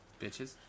Bitches